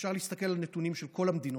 אפשר להסתכל על נתונים של כל המדינות.